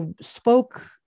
spoke